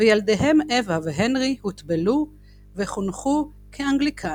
וילדיהם אווה והנרי הוטבלו וחונכו כאנגליקנים.